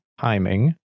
timing